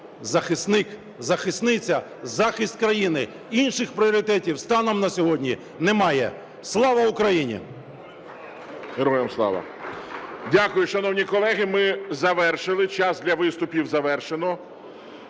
захисник, захисниця, захист країни. Інших пріоритетів станом на сьогодні немає. Слава Україні!